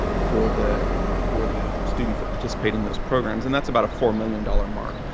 for the for the students that participate in those programs. and that's about a four million dollars mark.